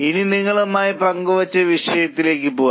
ഇനി നിങ്ങളുമായി പങ്കുവെച്ച വിഷയങ്ങളിലേക്ക് പോകാം